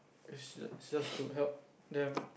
it's it's just to help them